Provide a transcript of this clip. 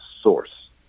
source